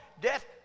death